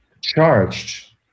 charged